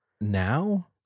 Now